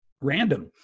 random